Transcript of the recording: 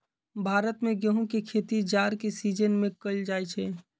भारत में गेहूम के खेती जाड़ के सिजिन में कएल जाइ छइ